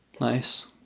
Nice